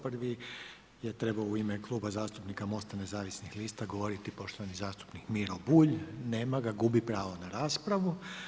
Prvi je trebao u ime Kluba zastupnika MOST-a nezavisnih lista govoriti poštovani zastupnik Miro Bulj, nema ga, gubi pravo na raspravu.